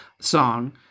song